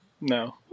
no